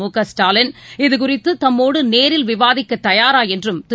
முக ஸ்டாலின் இதுகுறித்து தம்மோடு நேரில் விவாதிக்க தயாரா என்றும் திரு